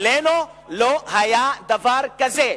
אצלנו לא היה דבר כזה.